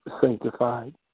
sanctified